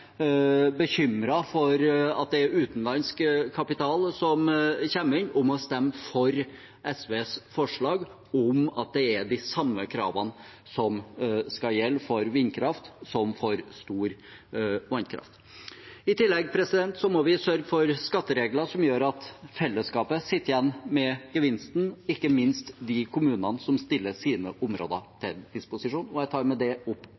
for at det er utenlandsk kapital som kommer inn, om å stemme for SVs forslag om at de samme kravene skal gjelde for vindkraft som for stor vannkraft. I tillegg må vi sørge for skatteregler som gjør at fellesskapet sitter igjen med gevinsten, ikke minst de kommunene som stiller sine områder til disposisjon. Jeg tar med det opp